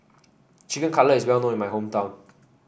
Chicken Cutlet is well known in my hometown